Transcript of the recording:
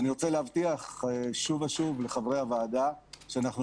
אני רוצה להבטיח שוב ושוב לחברי הוועדה שאנחנו